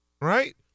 right